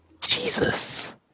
Jesus